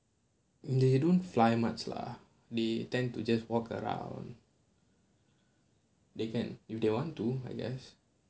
they don't fly much lah !hey! tend to just walk around they can if they want to I guess